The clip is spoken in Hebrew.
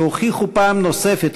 שהוכיחו פעם נוספת,